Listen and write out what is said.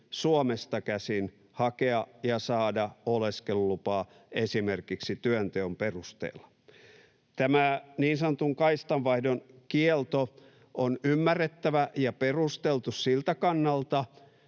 Suomesta käsin hakea ja saada oleskelulupaa esimerkiksi työnteon perusteella. Tämä niin sanotun kaistanvaihdon kielto on ymmärrettävä ja perusteltu siltä kannalta,